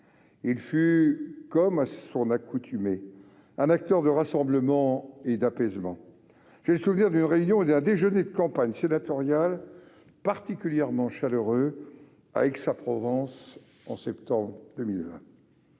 Il fut, comme à son accoutumée, un acteur de rassemblement et d'apaisement. J'ai le souvenir d'une réunion et d'un déjeuner de campagne sénatoriale particulièrement chaleureux, à Aix-en-Provence, en septembre 2020.